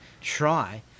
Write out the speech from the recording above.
try